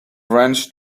wrenched